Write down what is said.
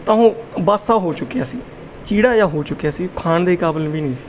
ਤਾਂ ਉਹ ਬਾਸਾ ਹੋ ਚੁੱਕਿਆ ਸੀ ਚੀੜਾ ਜਿਹਾ ਹੋ ਚੁੱਕਿਆ ਸੀ ਖਾਣ ਦੇ ਕਾਬਿਲ ਵੀ ਨਹੀਂ ਸੀ